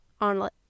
On